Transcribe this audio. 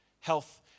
health